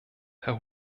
herr